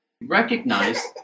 recognize